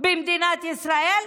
במדינת ישראל,